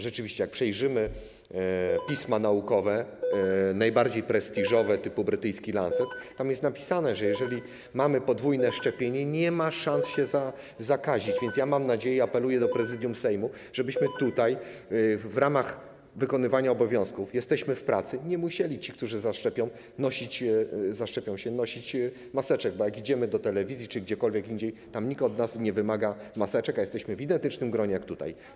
Rzeczywiście, jak przejrzymy pisma naukowe, najbardziej prestiżowe typu brytyjski „Lancet”, to tam jest napisane, że jeżeli mamy podwójne szczepienie, nie ma szans się zakazić, więc mam nadzieję i apeluję do Prezydium Sejmu, żebyśmy tutaj, w ramach wykonywania obowiązków - jesteśmy w pracy - ci, którzy się zaszczepią, nie musieli nosić maseczek, bo jak idziemy do telewizji czy gdziekolwiek indziej, to tam nikt od nas nie wymaga maseczek, a jesteśmy w identycznym gronie jak tutaj.